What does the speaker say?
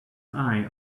eye